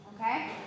Okay